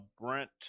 Brent